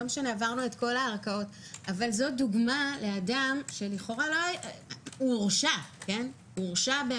עברנו את כל הערכאות אבל זו דוגמה לאדם שהורשע בעבירות